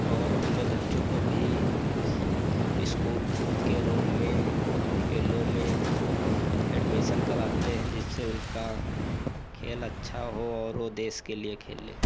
और अपने बच्चों को भी स्कूल के रूप में खेलों में एडमिशन कराते हैं जिससे उनका खेल अच्छा हो और वह देश के लिए खेलें